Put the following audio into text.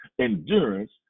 endurance